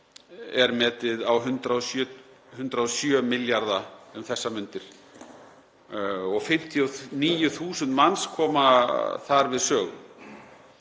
metið á 107 milljarða um þessar mundir og 59.000 manns koma þar við sögu.